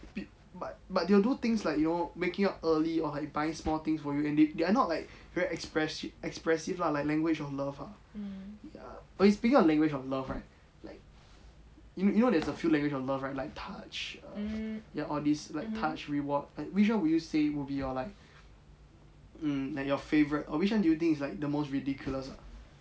but but they will do things like you know making up early or like buy small things for you and they they are not like very express~expressive lah like language of love ah ya but speaking of language of love right like you you know there's a few language of love right like touch err ya all these like touch reward like which one would you say would be your like um like your favourite or which one do you think it's like the most ridiculous ah